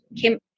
Kim